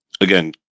again